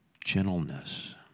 gentleness